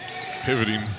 Pivoting